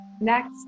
Next